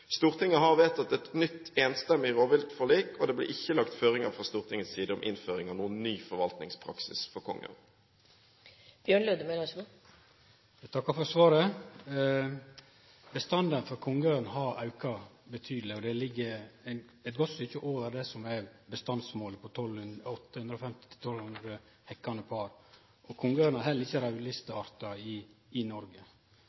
Stortinget har vedtatt et nytt enstemmig rovviltforlik, og det blir ikke lagt føringer fra Stortingets side om innføring av noen ny forvaltningspraksis for kongeørn. Eg takkar for svaret. Bestanden av kongeørn har auka betydeleg. Det ligg eit godt stykke over bestandsmålet på 850–1 200 hekkande par. Kongeørna er heller ikkje ein art på raudlista i Noreg. Eg registrerer at det ikkje er snakk om noka forvaltning av kongeørn, og